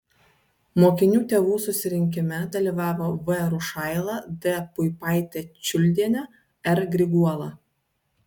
mokinių tėvų susirinkime dalyvavo v rušaila d puipaitė čiuldienė r griguola